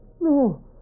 No